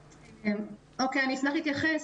אני אשמח להתייחס.